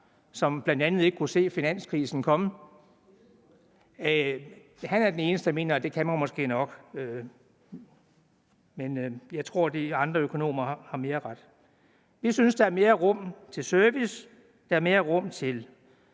som bl.a. ikke kunne se finanskrisen komme, mener, at det gør det måske nok ikke. Men jeg tror, de andre økonomer har mere ret. Vi synes, der er mere rum i forhold til service, at der er mere rum i